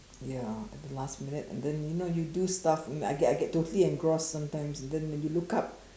ya at the last minute and then you know you do stuff and I get I get totally engrossed sometimes and then you look up